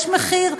יש מחיר.